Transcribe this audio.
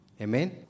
Amen